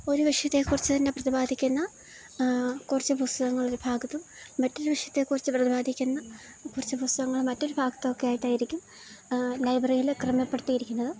ഒരു വിഷയത്തെക്കുറിച്ച് തന്നെ പ്രതിപാദിക്കുന്ന കുറച്ച് പുസ്തകങ്ങളൊരു ഭാഗത്തും മറ്റൊരു വിഷയത്തെക്കുറിച്ച് പ്രതിപാദിക്കുന്ന കുറച്ച് പുസ്തകങ്ങള് മറ്റൊരു ഭാഗത്തുമൊക്കെയായിട്ടായിരിക്കും ലൈബ്രറിയില് ക്രമപ്പെടുത്തിയിരിക്കുന്നത്